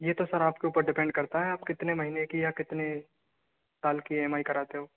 ये तो सर आपके ऊपर डिपेंड करता है आप कितने महीने की या कितने साल की ई एम आई कराते हो